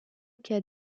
cas